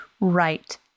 right